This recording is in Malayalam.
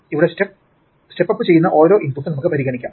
ഇവിടെ സ്റ്റെപ് അപ്പ് ചെയ്യുന്ന ഒരൊറ്റ ഇൻപുട്ട് നമുക്ക് പരിഗണിക്കാം